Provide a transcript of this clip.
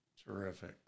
Terrific